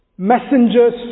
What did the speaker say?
Messengers